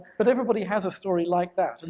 but everybody has a story like that, and